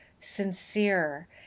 sincere